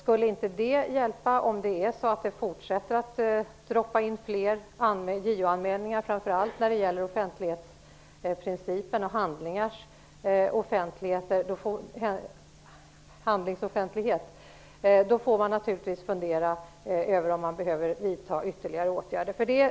Om inte de hjälper och det fortsätter att droppa in fler JO-anmälningar, framför allt när det gäller offentlighetsprincipen och handlingsoffentligheten, får man naturligtvis fundera över om ytterligare åtgärder behöver vidtas.